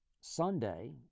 Sunday